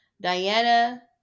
Diana